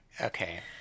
Okay